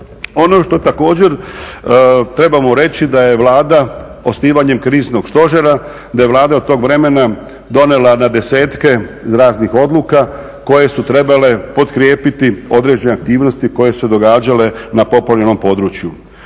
Ono što također trebamo reći da je Vlada osnivanjem kriznog stožera, da je Vlada od tog vremena donijela na desetke raznih odluka koje su trebale potkrijepiti određene aktivnosti koje su se događale na poplavljenom području.